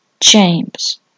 James